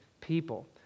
people